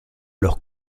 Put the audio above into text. los